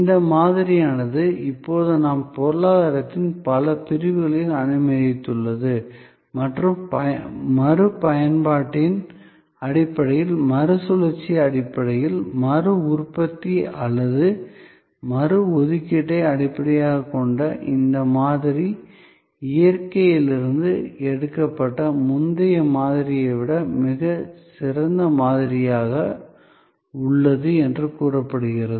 இந்த மாதிரியானது இப்போது நமது பொருளாதாரத்தின் பல பிரிவுகளை அனுமதித்துள்ளது மற்றும் மறுபயன்பாட்டின் அடிப்படையில் மறுசுழற்சி அடிப்படையில் மறு உற்பத்தி அல்லது மறு ஒதுக்கீட்டை அடிப்படையாகக் கொண்ட இந்த மாதிரி இயற்கையிலிருந்து எடுக்கப்பட்ட முந்தைய மாதிரியை விட மிகச் சிறந்த மாதிரியாக உள்ளது என்று கூறப்படுகிறது